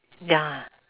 ya